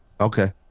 Okay